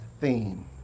theme